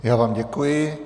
Já vám děkuji.